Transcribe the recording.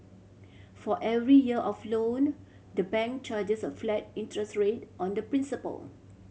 for every year of loan the bank charges a flat interest rate on the principal